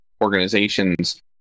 organizations